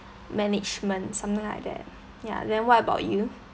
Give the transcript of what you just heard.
management something like that ya then what about you